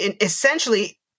essentially